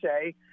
say